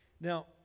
Now